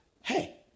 Hey